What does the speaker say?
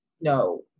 No